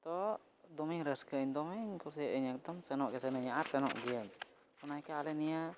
ᱛᱚ ᱫᱚᱢᱮᱧ ᱨᱟᱹᱥᱠᱟᱹᱜᱼᱟᱹᱧ ᱫᱚᱢᱮᱧ ᱠᱩᱥᱤᱭᱟᱜᱼᱟᱹᱧ ᱮᱠᱫᱚᱢ ᱥᱮᱱᱚᱜ ᱜᱮ ᱥᱟᱱᱟᱧᱟ ᱟᱨ ᱥᱮᱱᱚᱜ ᱜᱤᱭᱟᱹᱧ ᱚᱱᱟ ᱪᱤᱠᱟᱹ ᱟᱞᱮ ᱱᱤᱭᱟᱹ